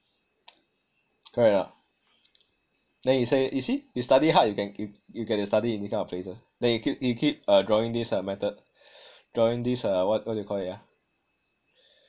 correct or not then he say you see you study hard you can you get to study in this kind of places then he keep he keep uh drawing this method drawing this uh what do you call it ah